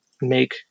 make